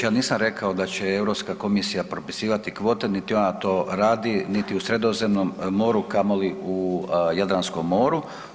Ja nisam rekao da će EU komisija propisivati kvote niti ona to radi niti u Sredozemnom moru, kamoli u Jadranskom moru.